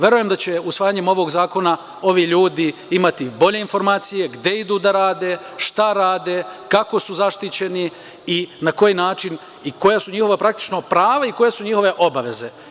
Verujem da će usvajanjem ovog zakona ovi ljudi imati bolje informacije, gde idu da rade, šta rade, kako su zaštićeni i na koji način i koja su njihova praktično prava i koje su njihove obaveze.